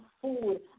food